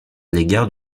l’égard